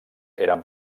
eren